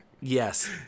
Yes